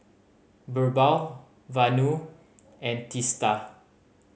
Birbal Vanu and Teesta